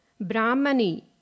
Brahmani